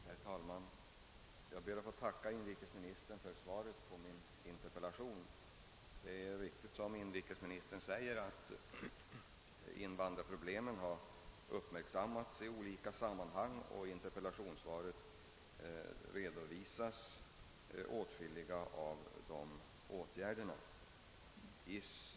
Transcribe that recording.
Herr talman! Jag ber att få tacka inrikesministern för svaret på min interpellation. Det är riktigt som inrikesministern säger, att invandrarproblemen har uppmärksammats i olika sammanhang. Interpellationssvaret redovisar åtskilliga av de åtgärder som vidtagits.